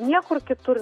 niekur kitur